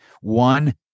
one